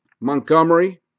Montgomery